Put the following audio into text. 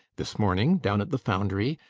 this morning, down at the foundry,